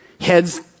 Heads